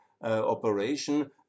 operation